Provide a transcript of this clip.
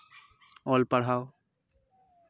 ᱚᱞ ᱯᱟᱲᱦᱟᱣ